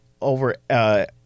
over